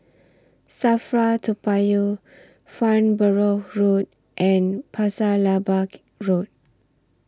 SAFRA Toa Payoh Farnborough Road and Pasir Laba Road